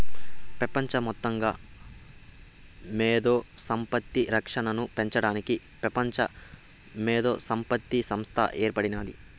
పెపంచ మొత్తంగా మేధో సంపత్తి రక్షనను పెంచడానికి పెపంచ మేధోసంపత్తి సంస్త ఏర్పడినాది